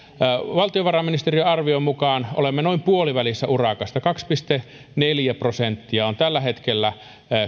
valtiovarainministeriön arvion mukaan olemme noin puolivälissä urakasta kaksi pilkku neljä prosenttia on tällä hetkellä